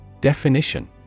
Definition